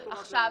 אדוני,